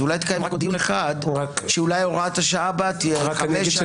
אז אולי תקיים רק עוד דיון אחד שאולי הוראת השעה בה תהיה חמש שנים.